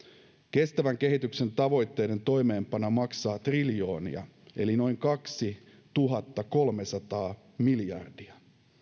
kestävän kehityksen tavoitteiden toimeenpano maksaa triljoonia eli noin kaksituhattakolmesataa miljardia